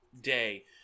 day